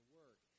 work